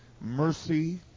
Mercy